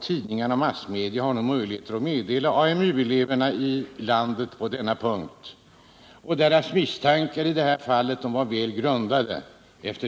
Tidningar och massmedia har nu möjlighet att, efter det svar som har avgivits här i dag, meddela AMU eleverna att deras misstankar i det här fallet varit väl grundade.